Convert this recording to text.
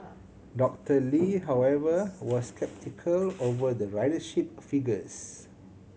Doctor Lee however was sceptical over the ridership figures